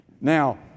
Now